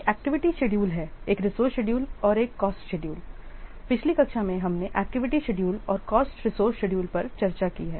एक activity schedule है एक रिसोर्से शेड्यूल और कॉस्ट शेड्यूल पिछली कक्षा में हमने एक्टिविटी शेड्यूल और कॉस्ट रिसोर्से शेड्यूल पर चर्चा की है